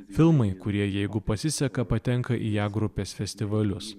filmai kurie jeigu pasiseka patenka į a grupės festivalius